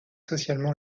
socialement